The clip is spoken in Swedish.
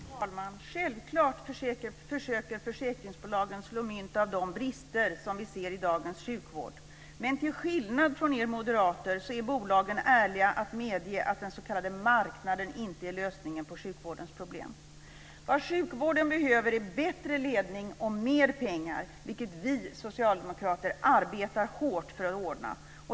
Fru talman! Självfallet försöker försäkringsbolagen slå mynt av de brister som vi ser i dagens sjukvård. Men till skillnad från er moderater är bolagen ärliga nog att medge att den s.k. marknaden inte är lösningen på sjukvårdens problem. Vad sjukvården behöver är bättre ledning och mer pengar, vilket vi socialdemokrater arbetar hårt för att ordna.